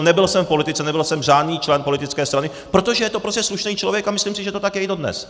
Nebyl jsem v politice, nebyl jsem řádný člen politické strany, protože je to prostě slušný člověk a myslím, že je to tak i dodnes.